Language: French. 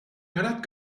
malade